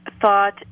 thought